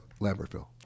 Lambertville